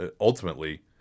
ultimately